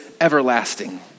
everlasting